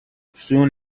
soon